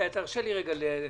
תרשה לי רגע להעיר.